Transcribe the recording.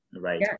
right